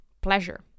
pleasure